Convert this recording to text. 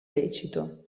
lecito